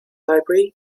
library